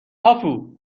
هاپو